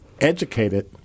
educated